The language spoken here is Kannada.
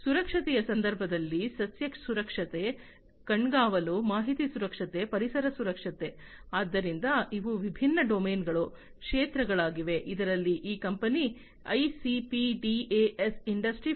ಸುರಕ್ಷತೆಯ ಸಂದರ್ಭದಲ್ಲಿ ಸಸ್ಯ ಸುರಕ್ಷತೆ ಕಣ್ಗಾವಲು ಮಾಹಿತಿ ಸುರಕ್ಷತೆ ಪರಿಸರ ಸುರಕ್ಷತೆ ಆದ್ದರಿಂದ ಇವು ವಿಭಿನ್ನ ಡೊಮೇನ್ಗಳು ಕ್ಷೇತ್ರಗಳಾಗಿವೆ ಇದರಲ್ಲಿ ಈ ಕಂಪನಿ ಐಸಿಪಿ ಡಿಎಎಸ್ ಇಂಡಸ್ಟ್ರಿ 4